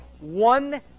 One